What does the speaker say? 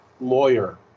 lawyer